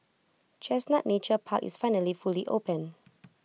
chestnut Nature Park is finally fully open